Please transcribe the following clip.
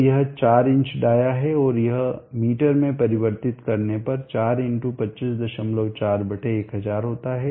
तो यह 4 inch dia है यह मीटर में परिवर्तित करने पर 4 x 254 1000 होता है